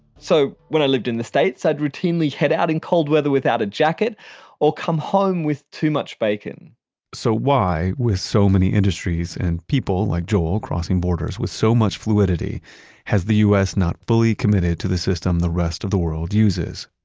so when i lived in the states, i'd routinely head out in cold weather without a jacket or come home with too much bacon so why with so many industries and people like joel crossing borders with so much fluidity has the u s. not fully committed to the system the rest of the world uses?